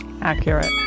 Accurate